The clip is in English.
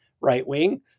right-wing